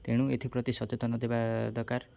ତେଣୁ ଏଥିପ୍ରତି ସଚେତନ ଦେବା ଦରକାର